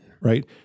Right